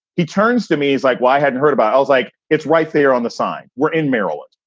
he turns to me is like, why hadn't heard about was like, it's right there on the side. we're in maryland.